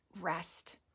rest